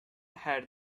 had